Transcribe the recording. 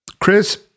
chris